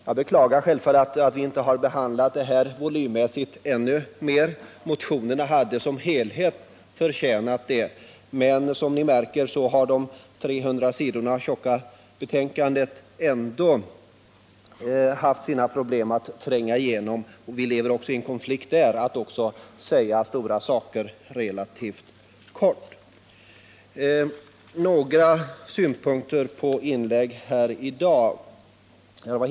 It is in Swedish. Jag beklagar självfallet att vi volymmässigt inte har kunnat behandla detta ärende ännu mer ingående. Motionerna hade som helhet förtjänat det, men som ni märker har vi i det 300 sidor tjocka betänkandet ändå haft problem att tränga igenom. Men också därvidlag har vi en konflikt när det gäller att säga stora saker relativt kort. Så några synpunkter på en del inlägg som gjorts här i dag.